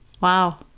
Wow